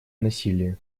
насилие